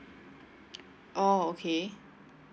oh okay